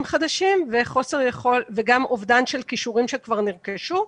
חדשים וגם על אובדן כישורים שכבר נרכשו.